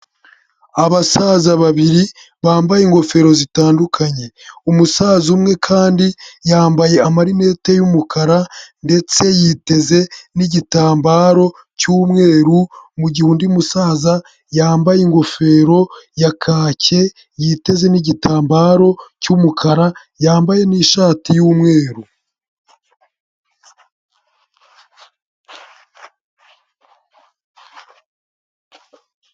Abasaza babiri bambaye ingofero zitandukanye, umusaza umwe kandi yambaye amarinete y'umukara ndetse yiteze n'igitambaro cy'umweru, mu gihe undi musaza yambaye ingofero ya kake yiteze n'igitambaro cy'umukara, yambaye n'ishati y'umweru.